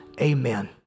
Amen